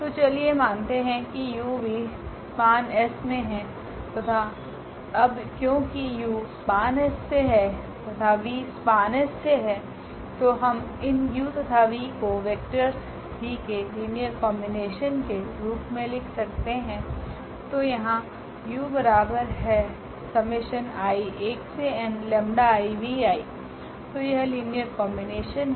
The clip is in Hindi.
तो चलिए मानते है कि 𝑢𝑣∈SPAN𝑆 तथा अब क्योकि uSPAN𝑆से है तथा vSPAN𝑆से है तो हम इन u तथा v को वेक्टर्स v के लीनियर कॉम्बिनेशन के रूप मे लिख सकते है तो यहाँ तो यह लीनियर कॉम्बिनेशन है